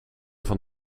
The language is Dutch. van